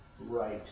right